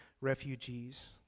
refugees